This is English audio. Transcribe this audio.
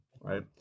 right